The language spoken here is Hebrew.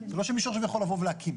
שזה לא שמישהו עכשיו יכול לבוא ולהקים.